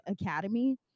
academy